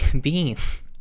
Beans